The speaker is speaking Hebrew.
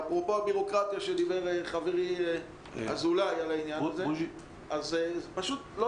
ואפרופו הבירוקרטיה שדיבר עליה חברי אזולאי פשוט לא